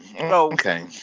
Okay